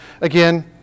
Again